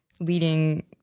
leading